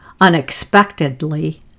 unexpectedly